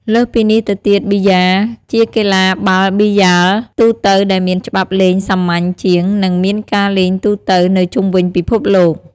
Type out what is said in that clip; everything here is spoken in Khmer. លើសពីនេះទៅទៀតប៊ីយ៉ា ជាកីឡាបាល់ប៊ីយ៉ាលទូទៅដែលមានច្បាប់លេងសាមញ្ញជាង និងមានការលេងទូទៅនៅជុំវិញពិភពលោក។